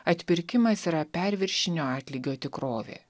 atpirkimas yra perviršinio atlygio tikrovė